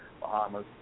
Bahamas